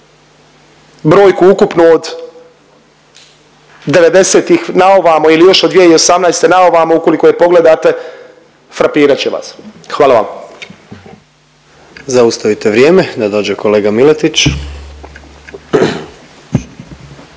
brojku ukupno od '90.-tih naovamo ili još od 2018. naovamo ukoliko je pogledate frapirat će vas, hvala vam. **Jandroković, Gordan (HDZ)** Zaustavite vrijeme da dođe kolega Miletić.